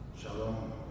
Shalom